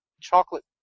chocolate